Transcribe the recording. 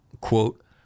quote